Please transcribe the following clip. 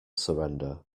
surrender